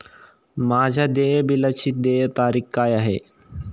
माझ्या देय बिलाची देय तारीख काय आहे?